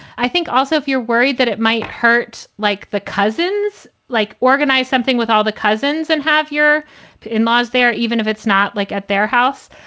i think also, if you're worried that it might hurt, like the cousins, like organize something with all the cousins and have your in-laws there, even if it's not like at their house,